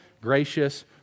gracious